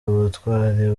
ubutwari